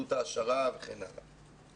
פעילות העשרה וכן הלאה.